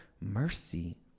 mercy